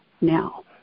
now